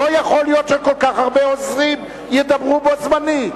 לא יכול להיות שכל כך הרבה עוזרים ידברו בו-זמנית.